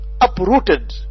uprooted